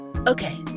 Okay